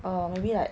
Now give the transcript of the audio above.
err maybe like